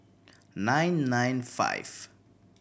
nine nine five